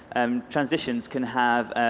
um transitions can have,